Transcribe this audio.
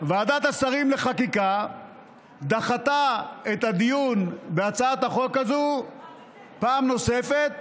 ועדת השרים לחקיקה דחתה את הדיון בהצעת החוק הזו פעם נוספת,